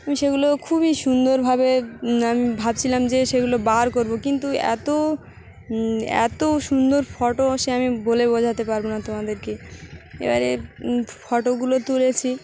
আমি সেগুলো খুবই সুন্দরভাবে আমি ভাবছিলাম যে সেগুলো বার করবো কিন্তু এত এতো সুন্দর ফটো সে আমি বলে বোঝাতে পারবো না তোমাদেরকে এবারে ফটোগুলো তুলেছি